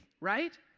right